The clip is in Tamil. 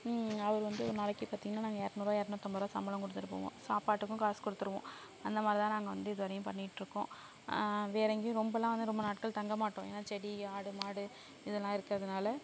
அவரு வந்து ஒரு நாளைக்கு பார்த்தீங்கனா நாங்கள் இறநூறுவா இறனூத்தம்பது ரூவா சம்பளம் கொடுத்துட்டு போவோம் சாப்பாட்டுக்கும் காசு கொடுத்துருவோம் அந்தமாதிரி தான் நாங்கள் வந்து இதுவரையும் பண்ணிட் இருக்கோம் வேறு எங்கேயும் ரொம்ப எல்லாம் வந்து ரொம்ப நாட்கள் தங்க மாட்டோம் ஏன்னா செடி ஆடு மாடு இது எல்லாம் இருக்கிறதனால